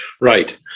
right